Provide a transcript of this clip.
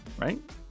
right